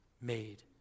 made